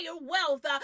wealth